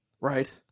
Right